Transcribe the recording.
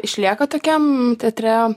išlieka tokiam teatre